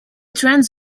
trans